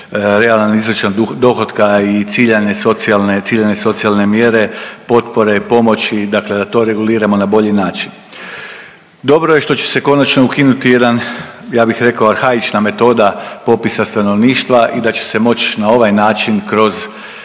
realan izračun dohotka i ciljane socijalne, ciljane socijalne mjere potpore, pomoći dakle da to reguliramo na bolji način. Dobro je što će se konačno ukinuti jedan, ja bih rekao arhaična metoda popisa stanovništva i da će se moć na ovaj način kroz